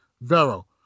Vero